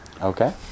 Okay